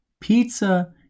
Pizza